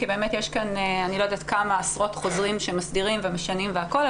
כי באמת יש כאן כמה עשרות חוזרים שמסדירים ומשנים והכול.